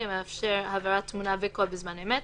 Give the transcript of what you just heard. המאפשר העברת תמונה וקול בזמן אמת,